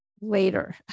later